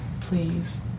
Please